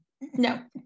no